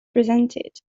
presented